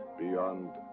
beyond.